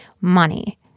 money